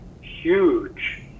huge